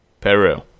Peru